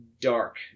dark